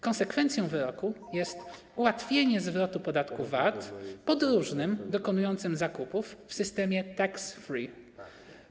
Konsekwencją wyroku jest ułatwienie zwrotu podatku VAT podróżnym dokonującym zakupów w systemie tax free.